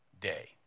day